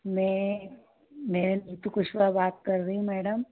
मैं मैं नीतू कुशवाहा बात कर रही हूँ मैडम